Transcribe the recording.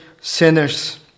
sinners